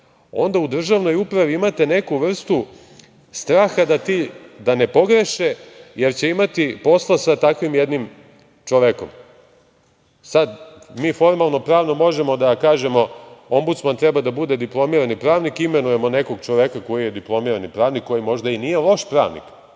onda u državnoj upravi imate neku vrstu straha da ne pogreše, jer će imati posla sa takvim jednim čovekom. Sada mi formalnopravno možemo da kažemo – Ombudsman treba da bude diplomirani pravnik, imenujemo nekog čoveka koji je diplomirani pravnik, koji moždai nije loš pravnik,